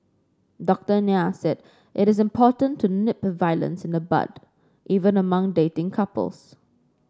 Doctor Nair said it is important to nip violence in the bud even among dating couples